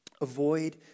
Avoid